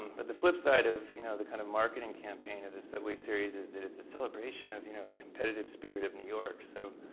um but the flip side of you know the kind of marketing campaign of the subway series is that it's a celebration of you know the competitive spirit of new york. so,